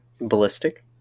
ballistic